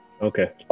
Okay